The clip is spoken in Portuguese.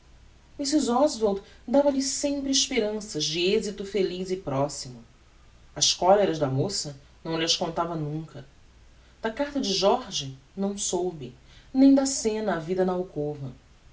era repugnancia mrs oswald dava-lhe sempre esperanças de exilo feliz e proximo as coleras da moça não lh'as contava nunca da carta de jorge não soube nem da scena havida na